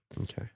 okay